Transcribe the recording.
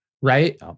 Right